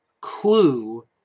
Clue